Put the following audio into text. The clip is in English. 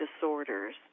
disorders